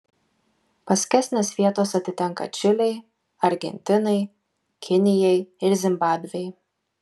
paskesnės vietos atitenka čilei argentinai kinijai ir zimbabvei